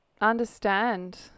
understand